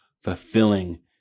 fulfilling